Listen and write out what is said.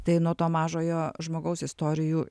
tai nuo to mažojo žmogaus istorijų